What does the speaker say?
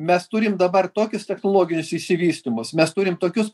mes turim dabar tokius technologinius išsivystymus mes turim tokius